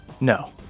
No